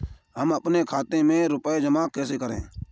हम अपने खाते में रुपए जमा कैसे करें?